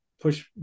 push